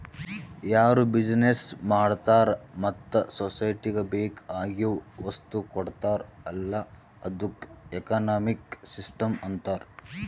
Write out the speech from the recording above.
ಯಾರು ಬಿಸಿನೆಸ್ ಮಾಡ್ತಾರ ಮತ್ತ ಸೊಸೈಟಿಗ ಬೇಕ್ ಆಗಿವ್ ವಸ್ತು ಕೊಡ್ತಾರ್ ಅಲ್ಲಾ ಅದ್ದುಕ ಎಕನಾಮಿಕ್ ಸಿಸ್ಟಂ ಅಂತಾರ್